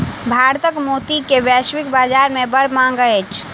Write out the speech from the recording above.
भारतक मोती के वैश्विक बाजार में बड़ मांग अछि